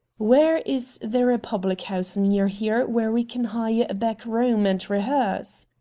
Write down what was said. where is there a public-house near here where we can hire a back room, and rehearse?